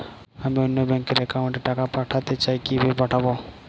আমি অন্য ব্যাংক র অ্যাকাউন্ট এ টাকা পাঠাতে চাই কিভাবে পাঠাবো?